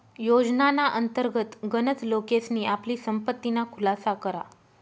योजनाना अंतर्गत गनच लोकेसनी आपली संपत्तीना खुलासा करा